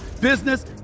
business